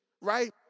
right